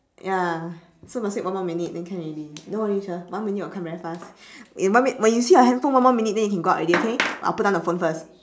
ya so must wait one more minute then can already don't worry shir one minute will come very fast in one minute when you see your handphone one more minute then you can go out already okay I will put down the phone first